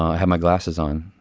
i had my glasses on.